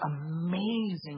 amazing